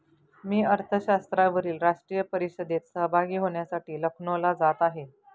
मी अर्थशास्त्रावरील राष्ट्रीय परिषदेत सहभागी होण्यासाठी लखनौला जात आहे